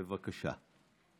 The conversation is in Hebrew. בבקשה.